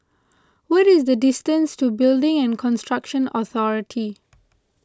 what is the distance to Building and Construction Authority